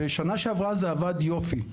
ושנה שעברה זה עבד יופי.